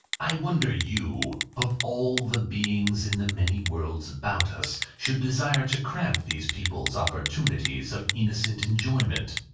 i wonder you, of all the beings in the many worlds about us, should desire to cramp these people's opportunities of innocent enjoyment.